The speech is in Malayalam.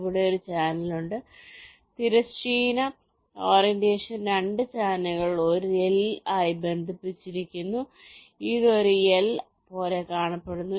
ഇവിടെ ഒരു ചാനൽ ഉണ്ട് തിരശ്ചീന ഓറിയന്റേഷൻ 2 ചാനലുകൾ ഒരു L ആയി ബന്ധിപ്പിച്ചിരിക്കുന്നു ഇത് ഒരു L പോലെ കാണപ്പെടുന്നു